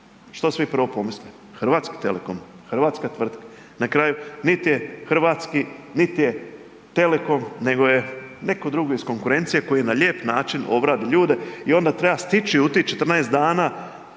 što svi prvo pomisle? Hrvatski Telekom? Hrvatska tvrtka? Na kraju nit je hrvatski, nit je Telekom nego je neko drugi iz konkurencije koji na lijep način obradi ljude i onda treba stići u tih 14 dana